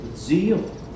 Zeal